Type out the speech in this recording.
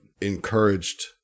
encouraged